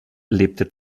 lebte